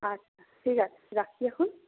আচ্ছা ঠিক আছে রাখি এখন